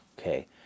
Okay